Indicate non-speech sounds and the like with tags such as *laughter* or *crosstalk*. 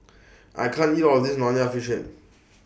*noise* I can't eat All of This Nonya Fish Head